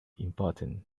important